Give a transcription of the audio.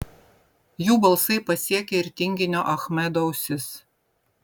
jų balsai pasiekė ir tinginio achmedo ausis